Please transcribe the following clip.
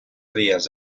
frías